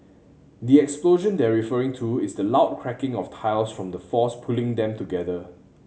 the explosion they're referring to is the loud cracking of tiles from the force pulling them together